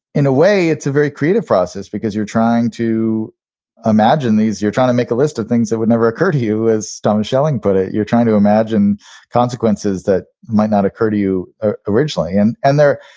in a way, it's a very creative process because you're trying to imagine these. you're trying to make a list of things that would never occur to you as tom schelling put it, you're trying to imagine consequences that might not occur to you ah originally. and and there